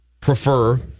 prefer